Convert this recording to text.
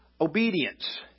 obedience